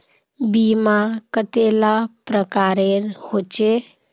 बीमा कतेला प्रकारेर होचे?